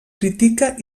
critica